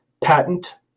patent